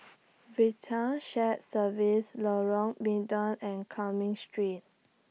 Vital Shared Services Lorong Mydin and Cumming Street